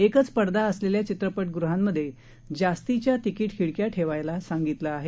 एकच पडदा असलेल्या चित्रपटगृहांमध्ये जास्तीच्या तिकीट खिडक्या ठेवायला सांगितलं आहे